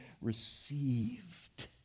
received